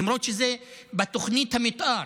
למרות שזה בתוכנית המתאר.